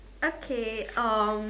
okay um